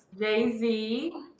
Jay-Z